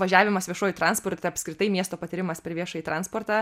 važiavimas viešuoju transportu apskritai miesto patyrimas per viešąjį transportą